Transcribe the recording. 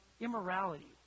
immorality